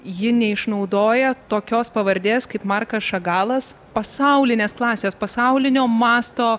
ji neišnaudoja tokios pavardės kaip markas šagalas pasaulinės klasės pasaulinio masto